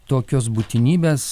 tokios būtinybės